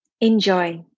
Enjoy